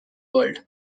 world